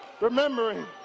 Remembering